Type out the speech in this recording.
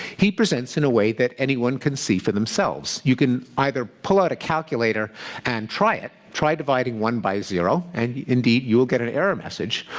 he presents in a way that anyone can see for themselves. you can either pull out a calculator and try it try dividing one by zero, and indeed you will get an error message,